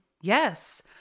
Yes